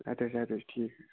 اَدٕ حٕظ اَدٕ حظ ٹھیٖک